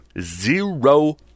zero